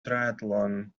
triathlon